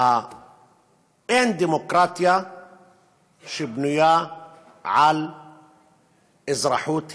אין דמוקרטיה שבנויה על אזרחות הייררכית,